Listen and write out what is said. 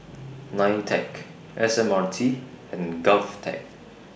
NITEC S M R T and Govtech